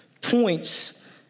points